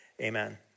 Amen